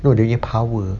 no dia punya power